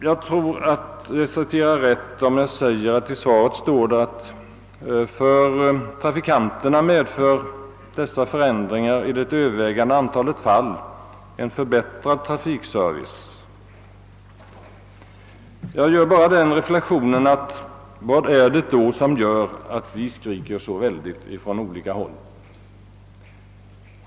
Jag tror att jag återger det hela rätt om jag säger att det i svaret står att dessa förändringar i övervägande antalet fall medför för trafikanterna en förbättrad trafikservice. Jag ställer mig då frågan: Vad är det då som gör att det blir så stor opposition från olika håll?